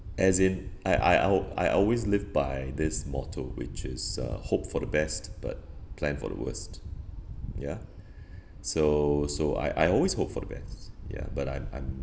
as in I I al~ I always live by this motto which is uh hope for the best but plan for the worst ya so so I I always hope for the best ya but I'm I'm